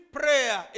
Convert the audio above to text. prayer